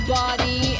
body